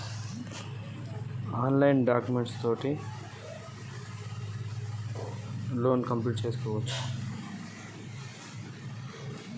Loan కావడానికి ఎలాంటి పూచీకత్తు లేకుండా లోన్ ఇవ్వడానికి ఎలాంటి పేపర్లు లేకుండా ఏం చేస్తారు?